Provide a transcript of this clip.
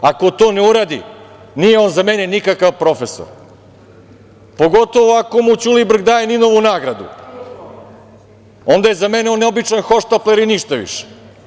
Ako to ne uradi, nije on za mene nikakav profesor, pogotovo ako mu Ćulibrk daje NIN-ovu nagradu, onda je za mene on običan hohštapler i ništa više.